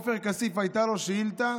עופר כסיף, הייתה לו שאילתה